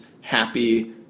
happy